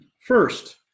First